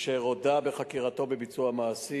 והוא הודה בחקירתו בביצוע המעשים.